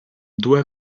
due